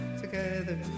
together